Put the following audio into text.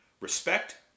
respect